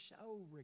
show